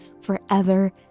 forever